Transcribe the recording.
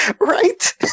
Right